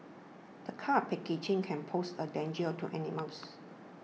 this kind of packaging can pose a danger to animals